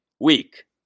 week